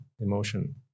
emotion